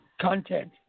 content